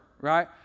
right